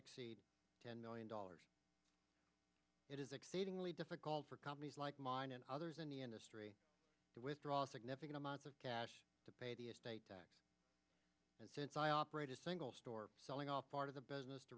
exceed ten million dollars it is exceedingly difficult for companies like mine and others in the industry to withdraw significant amounts of cash to pay the estate and since i operate a single store selling off part of the business to